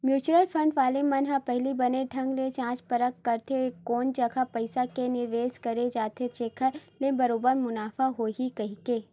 mutual fund वाले मन ह पहिली बने ढंग ले जाँच परख करथे कोन जघा पइसा के निवेस करे जाय जेखर ले बरोबर मुनाफा होही कहिके